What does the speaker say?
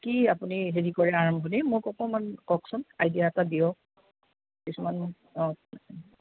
কি আপুনি হেৰি কৰে আৰম্ভণি মোক অকণমান কওকচোন আইডিয়া এটা দিয়ক কিছুমান অঁ